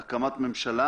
הקמת ממשלה